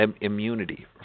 immunity